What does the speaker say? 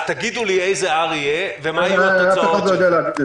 אז תגידו לי איזה R יהיה ומה יהיו התוצאות שלו.